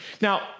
Now